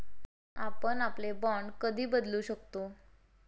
आपण आपले बाँड कधी बदलू शकतो?